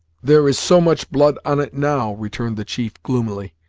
there is so much blood on it, now, returned the chief, gloomily,